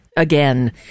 again